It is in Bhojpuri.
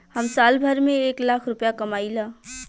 हम साल भर में एक लाख रूपया कमाई ला